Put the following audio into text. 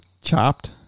Chopped